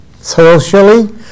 socially